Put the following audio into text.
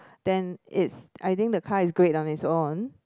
then it I think the car is great on it's own